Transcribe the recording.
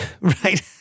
Right